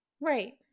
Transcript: Right